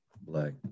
Black